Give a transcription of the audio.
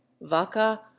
vaka